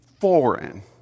foreign